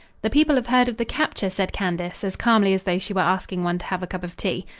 the people have heard of the capture, said candace, as calmly as though she were asking one to have a cup of tea.